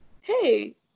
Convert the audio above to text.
hey